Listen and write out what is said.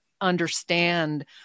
understand